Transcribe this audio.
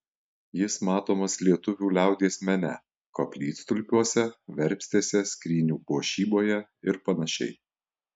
jis matomas lietuvių liaudies mene koplytstulpiuose verpstėse skrynių puošyboje ir panašiai